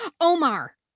Omar